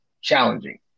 challenging